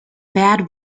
bad